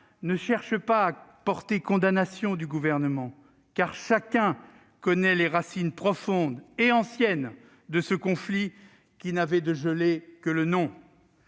ne cherche pas à porter condamnation du Gouvernement, car chacun connaît les racines profondes et anciennes de ce conflit, qui n'avait de gelé que le nom.